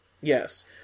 Yes